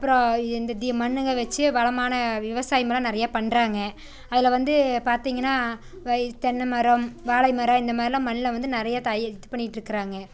அப்புறம் இந்த தீ மண்ணுங்க வச்சு வளமான விவசாயமெல்லாம் நிறையா பண்ணுறாங்க அதில் வந்து பார்த்திங்கன்னா தென்னை மரம் வாழை மரம் இந்த மாதிரிலாம் மண்ணில் வந்து நிறையா தய இது பண்ணிட்டுருக்குறாங்க